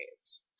games